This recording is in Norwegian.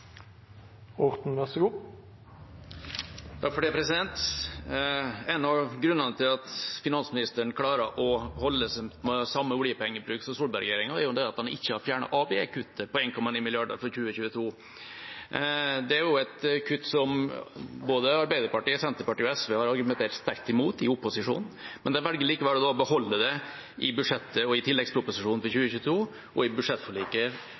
av grunnene til at finansministeren klarer å holde seg med samme oljepengebruk som Solberg-regjeringa, er at han ikke har fjernet ABE-kuttet på 1,9 mrd. kr for 2022. Det er et kutt som både Arbeiderpartiet, Senterpartiet og SV har argumentert sterkt imot i opposisjon, men de har likevel valgt å beholde det i budsjettet og tilleggsproposisjonen for 2022. I budsjettforliket øker en det ytterligere med et flatt kutt på 104 mill. kr på 01-postene for alle statlige virksomheter – i